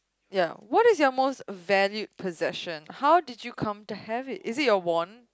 ya what is your most valued possession how did you come to have it is it your wand